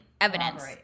evidence